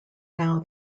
now